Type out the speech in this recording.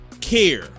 care